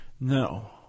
No